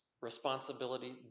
responsibility